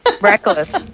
Reckless